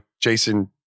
Jason